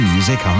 Music